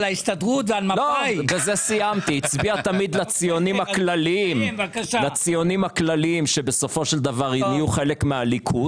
הצביע תמיד לציונים הכלליים שבסופו של דבר היו חלק מהליכוד.